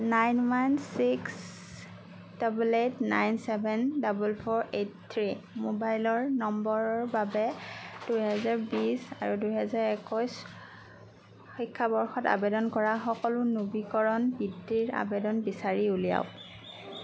nine one six double eight nine seven double four eight three মোবাইলৰ নম্বৰৰ বাবে দুই হাজাৰ বিশ আৰু দুই হাজাৰ একৈছ শিক্ষাবৰ্ষত আৱেদন কৰা সকলো নৱীকৰণ বৃত্তিৰ আৱেদন বিচাৰি উলিয়াওক